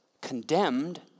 Condemned